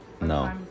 No